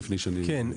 כן.